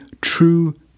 true